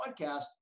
podcast